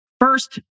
first